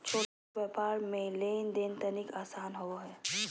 छोट व्यापार मे लेन देन तनिक आसान होवो हय